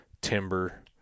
timber